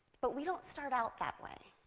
but we don't start out that way.